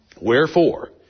Wherefore